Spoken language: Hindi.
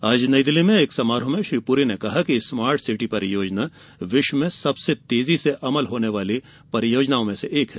आज नई दिल्ली में एक समारोह र्मे श्री पुरी ने कहा कि स्मार्ट सिटी परियोजना विश्व में सबसे तेर्जी से अमल होने वाली परियोजनाओं में से एक है